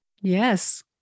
Yes